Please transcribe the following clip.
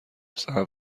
صبر